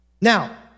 Now